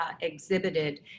exhibited